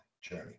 journey